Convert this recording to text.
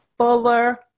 fuller